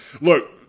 look –